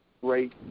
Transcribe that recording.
great